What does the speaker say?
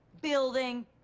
building